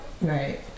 right